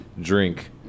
drink